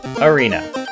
arena